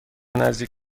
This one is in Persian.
نزدیک